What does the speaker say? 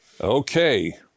Okay